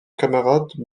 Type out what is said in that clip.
camarade